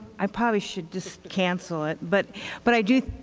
i probably should just cancel it. but but i do,